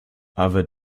aber